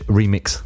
remix